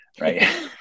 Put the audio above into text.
right